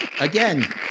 again